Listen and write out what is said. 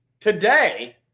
today